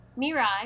Mirai